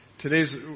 today's